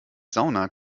sauna